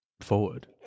forward